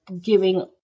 giving